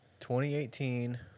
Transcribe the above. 2018